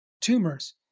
tumors